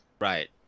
right